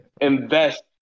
invest